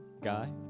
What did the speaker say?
guy